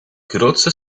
grootste